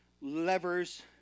levers